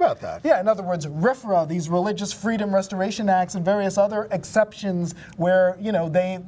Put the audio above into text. about that yeah in other words restaurant these religious freedom restoration act and various other exceptions where you know they